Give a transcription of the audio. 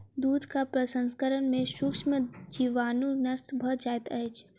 दूधक प्रसंस्करण में सूक्ष्म जीवाणु नष्ट भ जाइत अछि